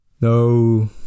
no